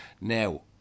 Now